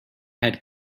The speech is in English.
had